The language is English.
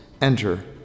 enter